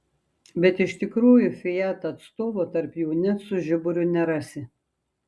bet iš tikrųjų fiat atstovo tarp jų net su žiburiu nerasi